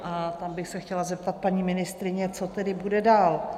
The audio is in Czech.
A tam bych se chtěla zeptat paní ministryně, co tedy bude dál.